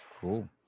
Cool